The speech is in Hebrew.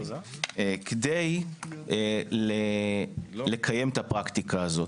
כדי לקיים את הפרקטיקה הזאת,